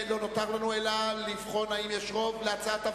לא נותר לנו אלא לבחון אם יש רוב להצעת הוועדה.